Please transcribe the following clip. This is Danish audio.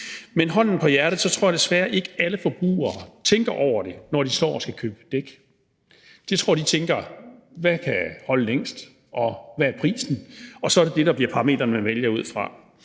Men – hånden på hjertet – jeg tror desværre ikke, at alle forbrugere tænker over det, når de står og skal købe dæk. Jeg tror, de tænker: Hvad kan holde længst, og hvad er prisen? Og så er det det, der bliver parametrene, man vælger ud fra.